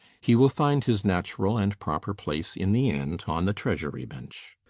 he will find his natural and proper place in the end on the treasury bench.